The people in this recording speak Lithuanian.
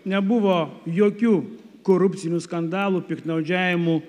nebuvo jokių korupcinių skandalų piktnaudžiavimų